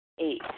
Eight